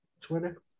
twitter